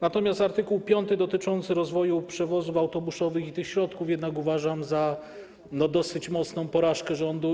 Natomiast art. 5, dotyczący rozwoju przewozów autobusowych i tych środków, uważam za dosyć mocną porażkę rządu.